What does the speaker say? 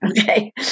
Okay